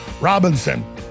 Robinson